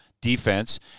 defense